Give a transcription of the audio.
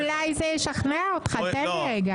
אולי זה ישכנע אותך, תן לי רגע.